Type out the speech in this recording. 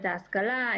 את ההשכלה,